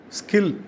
skill